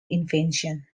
invasion